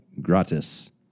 gratis